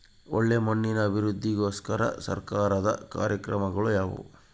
ಒಳ್ಳೆ ಮಣ್ಣಿನ ಅಭಿವೃದ್ಧಿಗೋಸ್ಕರ ಸರ್ಕಾರದ ಕಾರ್ಯಕ್ರಮಗಳು ಯಾವುವು?